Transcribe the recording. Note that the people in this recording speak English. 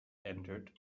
entered